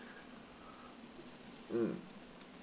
mm